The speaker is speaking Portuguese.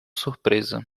surpresa